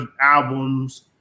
albums